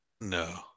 No